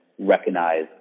Recognize